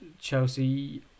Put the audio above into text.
Chelsea